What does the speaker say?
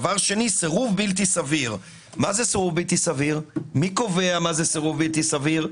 שנית, מי קובע מהו סירוב בלתי סביר?